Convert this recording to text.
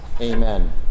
Amen